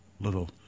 little